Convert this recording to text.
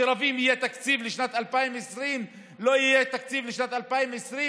שרבים אם יהיה תקציב לשנת 2020 או לא יהיה תקציב לשנת 2020,